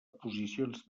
posicions